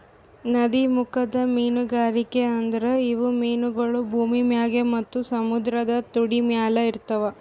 ನದೀಮುಖದ ಮೀನುಗಾರಿಕೆ ಅಂದುರ್ ಇವು ಮೀನಗೊಳ್ ಭೂಮಿ ಮ್ಯಾಗ್ ಮತ್ತ ಸಮುದ್ರದ ತುದಿಮ್ಯಲ್ ಇರ್ತಾವ್